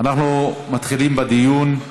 אנחנו מתחילים בדיון.